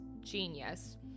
genius